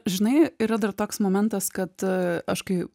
žinai yra dar toks momentas kad aš kai